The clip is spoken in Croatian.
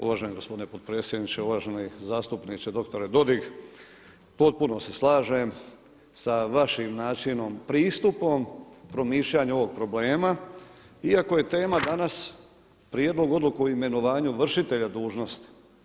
Uvaženi gospodine potpredsjedniče, uvaženi zastupniče doktore Dodig potpuno se slažem sa vašim načinom pristupom promišljanju ovog problema iako je tema danas prijedlog odluke o imenovanju vršitelja dužnosti.